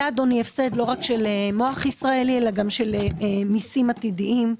אדוני הפסד לא רק של מוח ישראלי אלא גם של מיסים עתידיים.